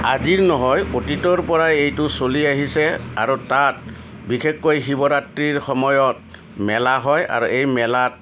আজিৰ নহয় অতীতৰপৰাই এইটো চলি আহিছে আৰু তাত বিশেষকৈ শিৱৰাত্ৰিৰ সময়ত মেলা হয় আৰু এই মেলাত